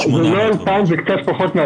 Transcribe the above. זה 2,000, זה קצת פחות.